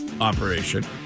operation